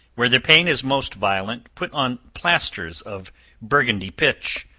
where the pain is most violent, put on plasters of burgundy pitch,